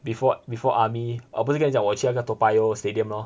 before before army 我不是跟你讲我去拿个 toa payoh stadium lor